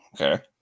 Okay